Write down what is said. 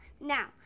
now